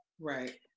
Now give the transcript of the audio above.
right